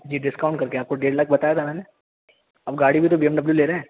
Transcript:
جی discount کر کے آپ کو دیڑھ لاکھ بتایا تھا میں نے اب گاڑی بھی تو بی ایم ڈبلیو لے رہے ہیں